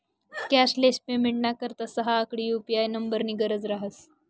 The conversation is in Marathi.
कॅशलेस पेमेंटना करता सहा आकडी यु.पी.आय नम्बरनी गरज रहास